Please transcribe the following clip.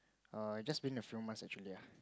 err it just being a few month actually ah